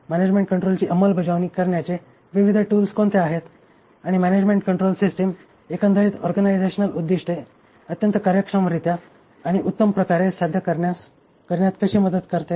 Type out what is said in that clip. management कंट्रोलची अंमलबजावणी करण्याचे विविध टूल्स कोणते आहेत आणि मॅनेजमेन्ट कंट्रोल सिस्टिम एकंदरीत ओर्गानिझेशनल उद्दिष्टे अत्यंत कार्यक्षमरित्या आणि उत्तम प्रकारे साध्य करण्यात कशी मदत करते